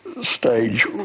stage